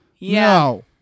no